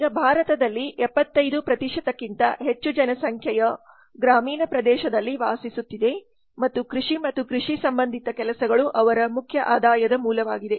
ಈಗ ಭಾರತದಲ್ಲಿ 75 ಕ್ಕಿಂತ ಹೆಚ್ಚು ಜನಸಂಖ್ಯೆಯು ಗ್ರಾಮೀಣ ಪ್ರದೇಶದಲ್ಲಿ ವಾಸಿಸುತ್ತಿದೆ ಮತ್ತು ಕೃಷಿ ಮತ್ತು ಕೃಷಿ ಸಂಬಂಧಿತ ಕೆಲಸಗಳು ಅವರ ಮುಖ್ಯ ಆದಾಯದ ಮೂಲವಾಗಿದೆ